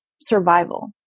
survival